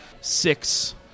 six